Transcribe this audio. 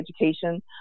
education